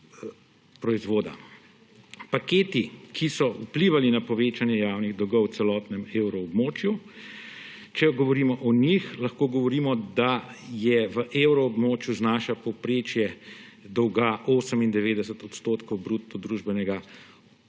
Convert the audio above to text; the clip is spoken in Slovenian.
Paketi, ki so vplivali na povečanje javnih dolgov v celotnem evroobmočju. Če govorimo o njih, lahko govorimo, da v evroobmočju znaša povprečje dolga 98 % bruto družbenega proizvoda,